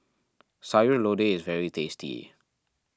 Sayur Lodeh is very tasty